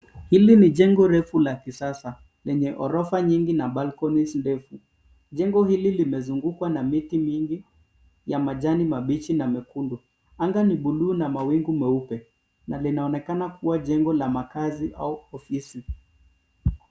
Hili ni jengo refu la kisasa lenye ghorofa nyingi na balconies ndefu. Jengo hili limezungukwa na miti mingi ya majani mabichi na mekundu. Anga ni buluu na mawingu meupe, na linaonekana kuwa jengo la makazi au ofisi.